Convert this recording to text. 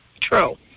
True